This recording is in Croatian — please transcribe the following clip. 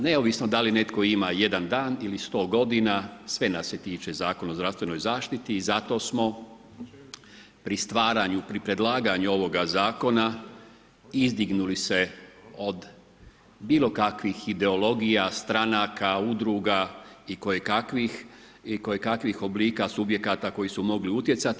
Neovisno da li netko ima jedan dan ili sto godina, sve nas se tiče Zakon o zdravstvenoj zaštiti i zato smo pri stvaranju, pri predlaganju ovoga Zakona izdignuli se od bilo kakvih ideologija, stranaka, udruga i koje kakvih oblika subjekata koji su mogli utjecati.